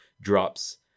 drops